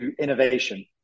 innovation